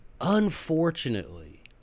unfortunately